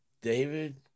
David